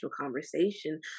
conversation